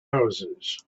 houses